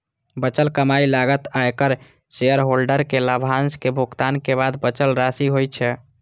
बचल कमाइ लागत, आयकर, शेयरहोल्डर कें लाभांशक भुगतान के बाद बचल राशि होइ छै